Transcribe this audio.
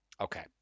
Okay